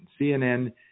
CNN